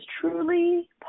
truly